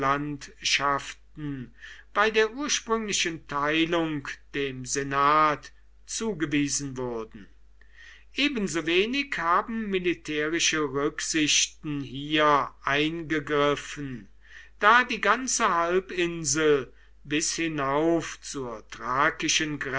bei der ursprünglichen teilung dem senat zugewiesen wurden ebensowenig haben militärische rücksichten hier eingegriffen da die ganze halbinsel bis hinauf zur